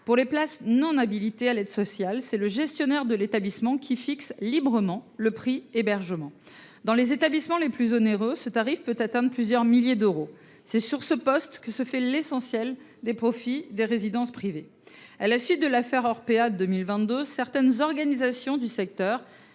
Pour les places non habilitées à l’aide sociale, c’est le gestionnaire de l’établissement qui fixe librement le prix hébergement. Dans les établissements les plus onéreux, ce tarif peut atteindre plusieurs milliers d’euros. C’est sur ce poste que se fait l’essentiel des profits des résidences privées. À la suite de l’affaire Orpea, en 2022, certaines organisations du secteur